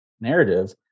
narrative